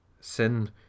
Sin